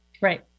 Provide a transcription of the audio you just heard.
Right